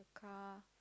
car